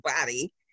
body